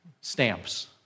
stamps